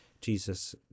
jesus